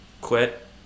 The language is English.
quit